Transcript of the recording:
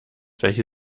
welche